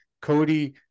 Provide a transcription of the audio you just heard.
Cody